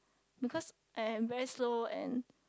because I am very slow and